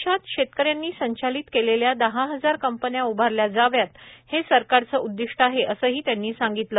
देशात शेतक यांनी संचालित केलेल्या दहा हजार कंपन्या उभारल्या जाव्यात हे सरकाराचं उद्दिष्ट आहे असंही त्यांनी सांगितलं